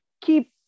keep